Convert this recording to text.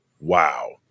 Wow